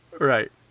Right